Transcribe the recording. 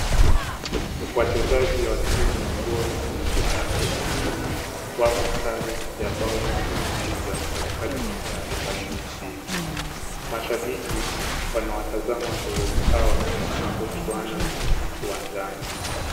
Wachezaji wa timu ya GOR na timu ya AFC, wako sare ya bao moja kwa moja katika arubaini na mbili. Mashabiki, wanawatazama wachezaji hawa wanapochuana uwanjani.